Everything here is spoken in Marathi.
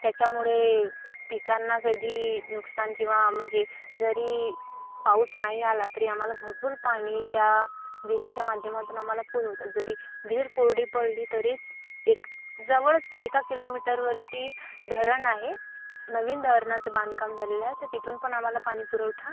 त्याच्यामुळे पिकांना कधी नुकसान किंवा म्हणजे जरी पाऊस नाही आला तरी आम्हाला भरपूर पाणी त्या विहिरीच्या माध्यमातून आम्हाला पुरवतात जरी विहीर कोरडी पडली तरीच एक जवळच एका किलोमीटरवरती धरण आहे नवीन धरणाचं बांधकाम झालेलं आहे तर तिथून पण आम्हाला पाणीपुरवठा